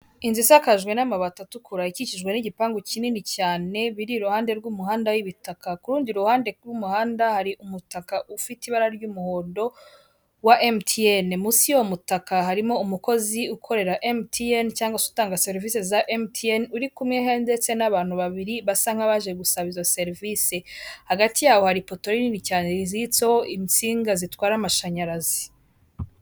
Inzu isakajwe n'amabati atukura ikikijwe n'igipangu kinini cyane biri iruhande rw'umuhanda w'Ibitaka ku rundi ruhande rw'umuhanda hari umutaka ufite ibara ry'umuhondo wa MTN, munsi y'uwo mutaka harimo umukozi ukorera mtn cyangwa utanga serivisi za mtn uri kumwe ndetse n'abantu babiri basa nk'abaje gusaba izo serivisi hagati yaho hari ipoto nini cyane rizitseho insinga zitwara amashanyarazi.